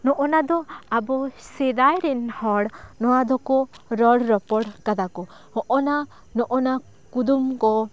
ᱱᱚᱜᱱᱟ ᱫᱚ ᱟᱵᱚ ᱥᱮᱫᱟᱭ ᱨᱮᱱ ᱦᱚᱲ ᱱᱚᱶᱟ ᱫᱚᱠᱚ ᱨᱚᱲ ᱨᱚᱯᱚᱲ ᱟᱠᱟᱫᱟ ᱠᱚ ᱱ ᱚᱜᱱᱟ ᱱᱚᱜᱱᱟ ᱠᱩᱫᱩᱢ ᱠᱚ